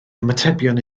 ymatebion